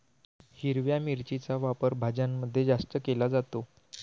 हिरव्या मिरचीचा वापर भाज्यांमध्ये जास्त केला जातो